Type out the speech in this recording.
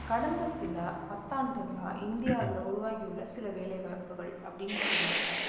கடந்த சில பத்து ஆண்டுகளாக இந்தியாவில் உருவாகி உள்ள சில வேலைவாய்ப்புகள் அப்படின்னு சொல்லியிருக்கோம்